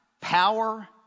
power